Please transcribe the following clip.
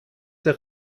der